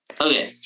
okay